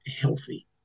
healthy